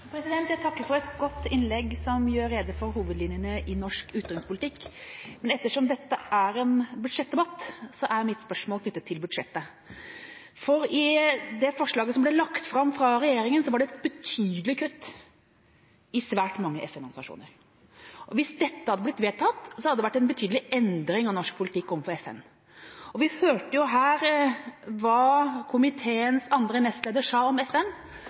Jeg takker for et godt innlegg, som gjør rede for hovedlinjene i norsk utenrikspolitikk. Men ettersom dette er en budsjettdebatt, er mitt spørsmål knyttet til budsjettet. I det forslaget som ble lagt fram av regjeringa, var det et betydelig kutt i svært mange FN-organisasjoner. Hvis dette hadde blitt vedtatt, hadde det vært en betydelig endring av norsk politikk overfor FN. Vi hørte jo her hva komiteens andre nestleder sa om FN,